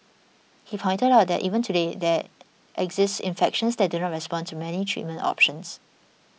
he pointed out that even today there exist infections that do not respond to many treatment options